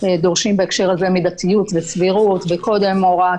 בהקשר הזה מידתיות וסבירות וקודם הוראת